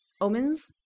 omens